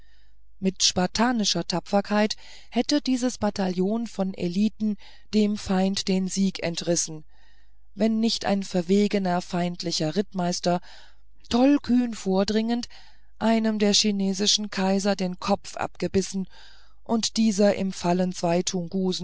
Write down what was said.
mit spartanischer tapferkeit hätte dies bataillon von eliten dem feinde den sieg entrissen wenn nicht ein verwegener feindlicher rittmeister tollkühn vordringend einem der chinesischen kaiser den kopf abgebissen und dieser im fallen